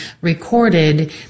recorded